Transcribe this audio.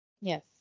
Yes